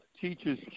teaches